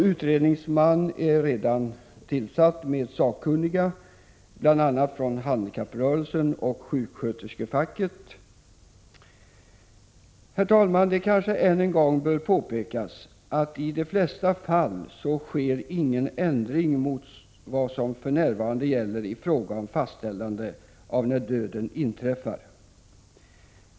Utredningsman med sakkunniga, bl.a. från handikapprörelsen och sjuksköterskefacken, har redan tillsatts. Det kanske än en gång bör påpekas att i de flesta fall sker ingen ändring mot vad som för närvarande gäller i fråga om fastställande av när döden inträder.